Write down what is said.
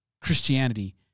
Christianity